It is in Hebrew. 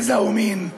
גזע ומין.